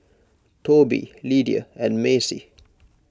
Toby Lidia and Macey